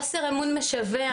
בחוסר אמון משווע,